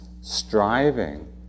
striving